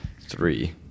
three